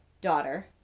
daughter